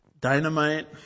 dynamite